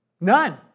None